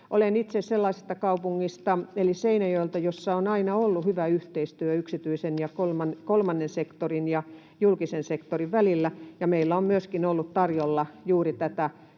Olen itse sellaisesta kaupungista, eli Seinäjoelta, jossa on aina ollut hyvä yhteistyö yksityisen ja kolmannen sektorin ja julkisen sektorin välillä, ja meillä on myöskin ollut tarjolla juuri